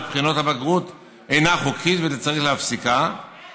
בחינות הבגרות אינה חוקית וצריך להפסיקה,